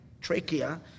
trachea